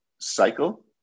cycle